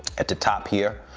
at the top here,